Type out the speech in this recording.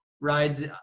rides